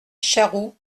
charroux